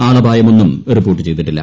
ആളപായമൊന്നും report ചെയ്തിട്ടില്ല